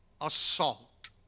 assault